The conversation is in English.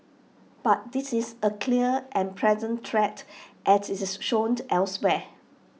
but this is A clear and present threat as IT is shown elsewhere